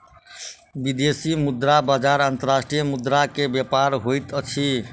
विदेशी मुद्रा बजार अंतर्राष्ट्रीय मुद्रा के व्यापार होइत अछि